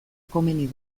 komeni